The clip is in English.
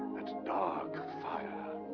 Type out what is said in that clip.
that dark fire.